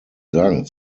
sagen